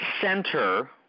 center